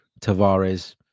Tavares